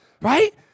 Right